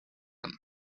him